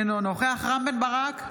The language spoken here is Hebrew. אינו נוכח רם בן ברק,